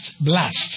blast